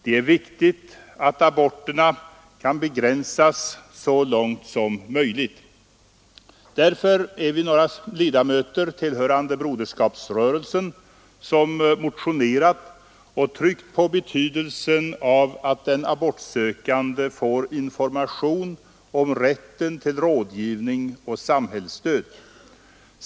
Det är viktigt att aborterna kan begränsas så långt som möjligt. Därför är vi några ledamöter tillhörande broderskapsrörelsen som motionerat och tryckt på betydelsen av att den abortsökande får information om rätten till rådgivning och samhällets stöd.